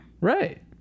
Right